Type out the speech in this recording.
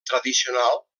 tradicional